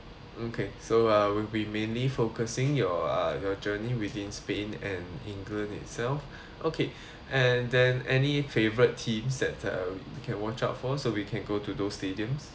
okay so uh will be mainly focusing your uh your journey within spain and england itself okay and then any favourite team set uh can watch out for so we can go to those stadiums